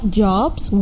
jobs